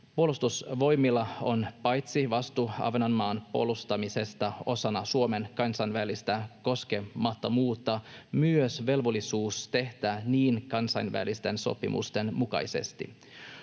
Puolustusvoimilla on paitsi vastuu Ahvenanmaan puolustamisesta osana Suomen kansainvälistä koskemattomuutta myös velvollisuus tehdä niin kansainvälisten sopimusten mukaisesti.